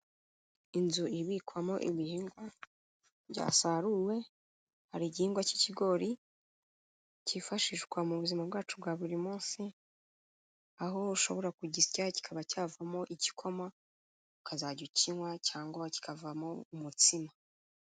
Inzu ibikwamo ibihingwa byasaruwe, hari igihingwa cy'ikigori, cyifashishwa mu buzima bwacu bwa buri munsi, aho ushobora kugisya kikaba cyavamo igikoma, ukazajya ukinywa cyangwa kikavamo umutsima.